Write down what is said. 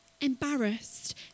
embarrassed